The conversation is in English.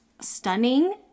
Stunning